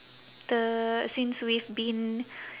the since we've been